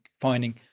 finding